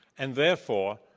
and, therefore,